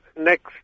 next